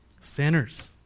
Sinners